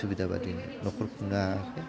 सुबिदा बायदि न'खर खुंनो हायाखै